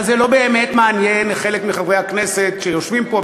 אבל זה לא באמת מעניין חלק מחברי הכנסת שיושבים פה,